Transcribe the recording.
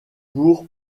pour